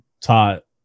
taught